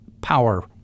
power